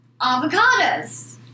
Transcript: avocados